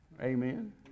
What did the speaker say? Amen